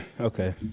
Okay